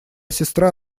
сестра